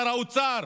שר האוצר,